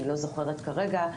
אני לא זוכרת כרגע,